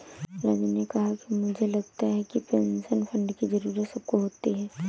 राहुल ने कहा कि मुझे लगता है कि पेंशन फण्ड की जरूरत सबको होती है